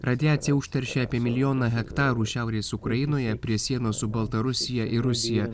radiacija užteršė apie milijoną hektarų šiaurės ukrainoje prie sienos su baltarusija ir rusija